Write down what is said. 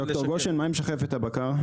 ד"ר גושן מה עם שחפת הבקר?